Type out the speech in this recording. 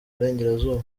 burengerazuba